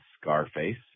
Scarface